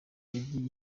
yagiye